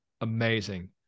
amazing